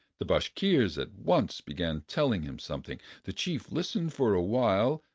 the bashkirs once began telling him something. the chief listened for a while,